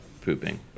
pooping